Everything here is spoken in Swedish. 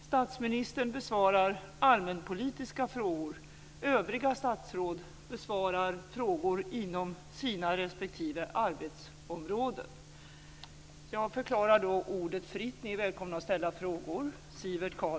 Statsministern besvarar allmänpolitiska frågor; övriga statsråd besvarar frågor inom sina respektive arbetsområden. Jag förklarar ordet fritt. Ni är välkomna att ställa frågor.